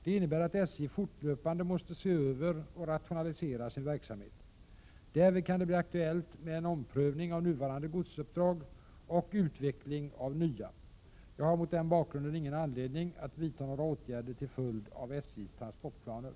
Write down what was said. Det innebär att SJ fortlöpande måste se över och rationalisera sin verksamhet. Därvid kan det bli aktuellt med en omprövning av nuvarande godsuppdrag och utveckling av nya. Jag har mot denna bakgrund ingen anledning att vidta några åtgärder till följd av SJ:s transportplaner.